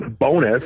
bonus